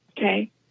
Okay